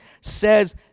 says